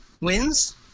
wins